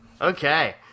Okay